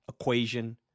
equation